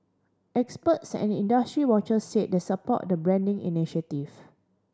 experts and industry watchers said they support the branding initiative